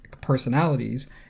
personalities